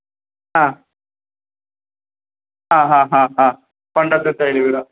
ആ ആ ഹാ ഹാ ഹാ പണ്ടത്തെ സ്റ്റൈൽ വീടാണ്